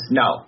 no